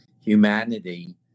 humanity